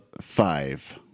Five